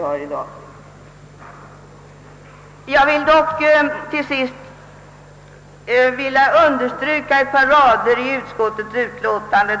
Till sist vill jag understryka ett par rader i utskottsutlåtandet.